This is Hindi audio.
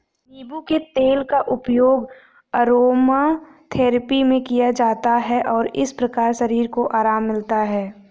नींबू के तेल का उपयोग अरोमाथेरेपी में किया जाता है और इस प्रकार शरीर को आराम मिलता है